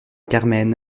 carmen